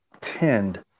tend